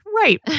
Right